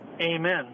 amen